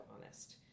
honest